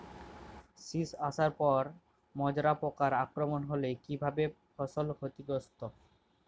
শীষ আসার পর মাজরা পোকার আক্রমণ হলে কী ভাবে ফসল ক্ষতিগ্রস্ত?